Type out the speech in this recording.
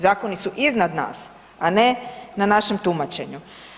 Zakoni su iznad nas, a ne na našem tumačenju.